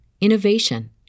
innovation